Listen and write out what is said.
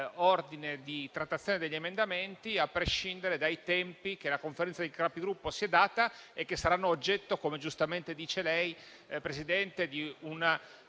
grazie.